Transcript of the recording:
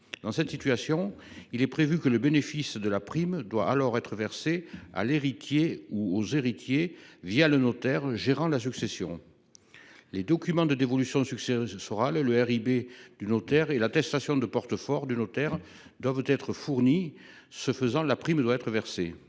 Dans cette situation, il est prévu que la prime soit versée à l’héritier ou aux héritiers le notaire gérant la succession. Les documents de dévolution successorale, le RIB du notaire et l’attestation de porte fort doivent être fournis et, le cas échéant, la prime doit être versée.